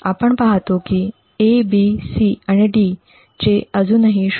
आपण पाहतो की A B C आणि D चे अजूनही '0